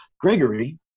Gregory